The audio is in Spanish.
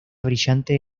brillante